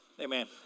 Amen